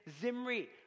Zimri